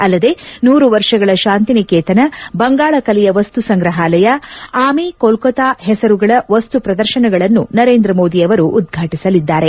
ಅಲ್ಲದೆ ನೂರು ವರ್ಷಗಳ ಶಾಂತಿನಿಕೇತನ ಬಂಗಾಳ ಕಲೆಯ ವಸ್ತು ಸಂಗ್ರಹಾಲಯ ಆಮಿ ಕೋಲ್ಕತಾ ಹೆಸರುಗಳ ವಸ್ತು ಪ್ರದರ್ಶನಗಳನ್ನೂ ನರೇಂದ್ರ ಮೋದಿ ಅವರು ಉದ್ಘಾಟಿಸಲಿದ್ದಾರೆ